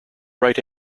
right